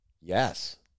Yes